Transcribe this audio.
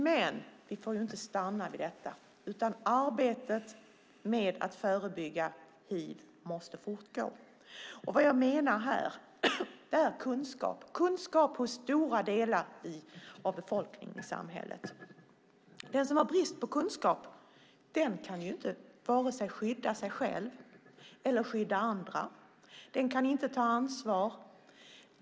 Men vi får inte stanna vid detta. Arbetet med att förebygga hiv måste fortgå. Vad jag menar här är kunskap - kunskap hos stora delar av befolkningen i samhället. Den som har brist på kunskap kan varken skydda sig själv eller andra. Den kan inte ta ansvar.